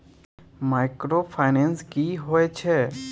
Microfinance की होय छै?